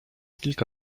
kilka